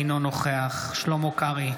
אינו נוכח שלמה קרעי,